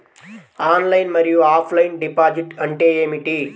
Online మరియు offline deposit అంటే ఏమిటి?